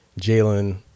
Jalen